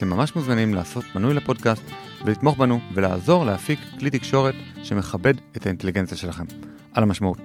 אתם ממש מוזמנים לעשות מנוי לפודקאסט ולתמוך בנו ולעזור להפיק כלי תקשורת שמכבד את האינטליגנציה שלכם, על המשמעות.